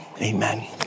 amen